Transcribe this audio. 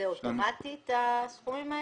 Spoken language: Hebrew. הסכומים האלה,